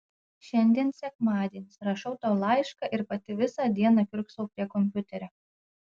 šiandien sekmadienis rašau tau laišką ir pati visą dieną kiurksau prie kompiuterio